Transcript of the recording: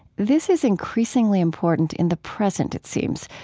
this is increasingly important in the present, it seems,